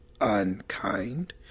unkind